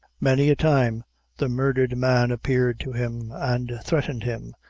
many a time the murdhered man appeared to him, and threatened him,